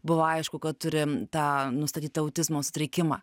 buvo aišku kad turi tą nustatytą autizmo sutrikimą